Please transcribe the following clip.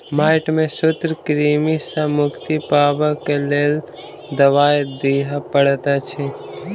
माइट में सूत्रकृमि सॅ मुक्ति पाबअ के लेल दवाई दियअ पड़ैत अछि